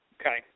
Okay